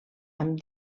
amb